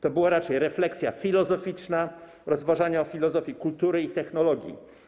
To była raczej refleksja filozoficzna, rozważania o filozofii kultury i technologii.